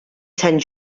sant